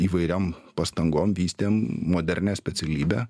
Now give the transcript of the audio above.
įvairiom pastangom vystėm modernią specialybę